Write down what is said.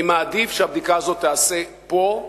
אני מעדיף שהבדיקה הזאת תיעשה פה,